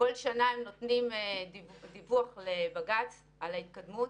כל שנה הם נותנים דיווח לבג"ץ על ההתקדמות.